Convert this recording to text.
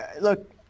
Look